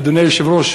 אדוני היושב-ראש,